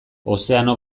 ozeano